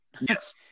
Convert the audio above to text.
Yes